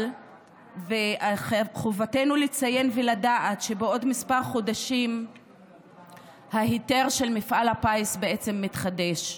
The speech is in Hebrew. אבל חובתנו לציין ולדעת שבעוד כמה חודשים ההיתר של מפעל הפיס מתחדש,